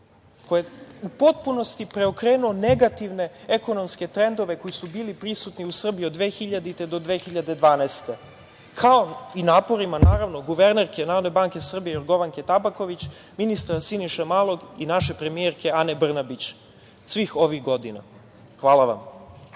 koji je u potpunosti preokrenuo negativne ekonomske trendove koji su bili prisutni u Srbiji od 2000. do 2012. godine, kao i naporima naravno guvernerke Narodne banke Srbije, Jorgovanke Tabaković, ministra Siniše Malog i naše premijerke Ane Brnabić svih ovih godina. Hvala vam.